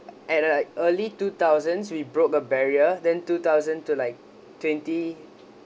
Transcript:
at like early two thousands we broke a barrier then two thousand to like twenty